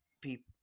people